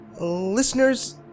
Listeners